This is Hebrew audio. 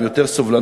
עם יותר סובלנות,